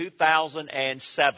2007